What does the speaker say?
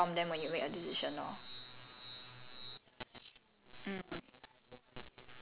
okay lah I'm sure like you're old enough to make your judgement lah then like you just inform them when you make a decision lor